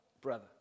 brother